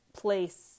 place